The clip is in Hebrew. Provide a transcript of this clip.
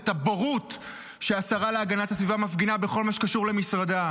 את הבורות שהשרה להגנת הסביבה מפגינה בכל מה שקשור למשרדה.